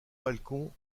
balcon